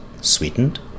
sweetened